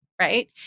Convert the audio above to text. right